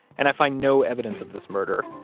and i find no evidence of this murder.